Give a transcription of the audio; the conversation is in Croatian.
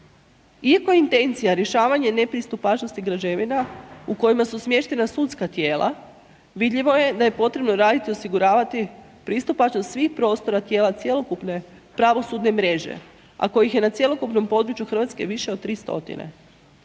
Iako je intencija rješavanje nepristupačnosti građevina u kojima su smještena sudska tijela, vidljivo je da je potrebno raditi i osiguravati pristupačnost svih prostora tijela cjelokupne pravosudne mreže, a kojih je na cjelokupnom području Hrvatske više od 3